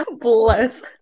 bless